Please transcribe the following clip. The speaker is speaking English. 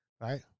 Right